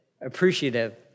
appreciative